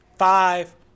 Five